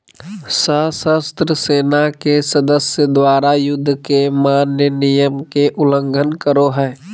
सशस्त्र सेना के सदस्य द्वारा, युद्ध के मान्य नियम के उल्लंघन करो हइ